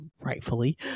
rightfully